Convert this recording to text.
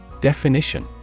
Definition